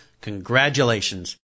congratulations